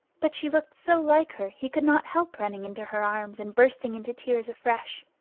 but she looked so like her he could not help running into her arms and bursting into tears afresh.